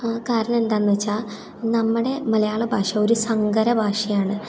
കാരണം എന്താണെന്ന് വെച്ചാൽ നമ്മുടെ മലയാള ഭാഷ ഒര് സങ്കര ഭാഷയാണ്